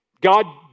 God